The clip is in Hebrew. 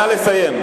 נא לסיים.